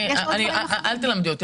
אל תלמדי אותי,